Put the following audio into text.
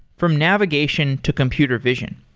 from navigation to computer vision.